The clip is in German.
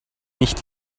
nicht